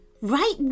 Right